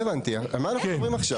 על מה אנחנו מדברים עכשיו?